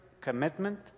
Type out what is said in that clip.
commitment